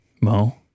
Mo